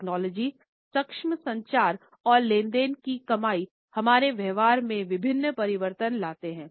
technology सक्षम संचार और लेन देन की कमाई हमारे व्यवहार में विभिन्न परिवर्तन लाते हैं